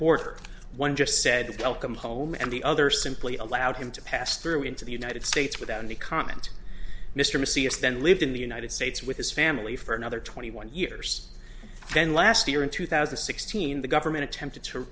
border one just said i'll come home and the other simply allowed him to pass through into the united states without any comment mr mysterious then lived in the united states with his family for another twenty one years then last year in two thousand and sixteen the government attempted to